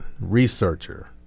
researcher